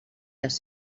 les